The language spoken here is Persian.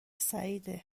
سعیده